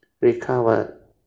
Recovered